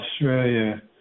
Australia